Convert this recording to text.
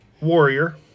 Warrior